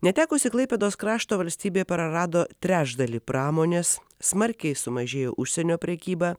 netekusi klaipėdos krašto valstybė prarado trečdalį pramonės smarkiai sumažėjo užsienio prekyba